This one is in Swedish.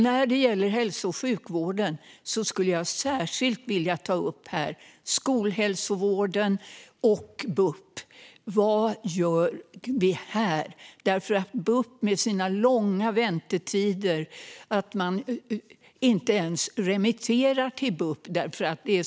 När det gäller hälso och sjukvården skulle jag särskilt vilja ta upp skolhälsovården och bup. Vad gör vi här? Bup har så långa väntetider att man inte ens remitterar dit.